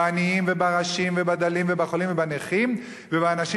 בעניים וברשים ובדלים ובחולים ובנכים ובאנשים